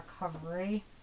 recovery